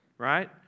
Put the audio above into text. right